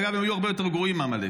אגב, הם היו הרבה יותר גרועים מעמלק.